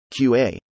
QA